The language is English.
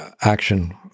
action